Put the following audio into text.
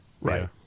Right